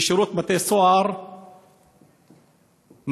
שירות בתי-הסוהר מכביד,